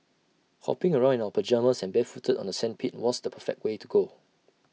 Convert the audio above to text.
hopping around in our pyjamas and barefooted on the sandpit was the perfect way to go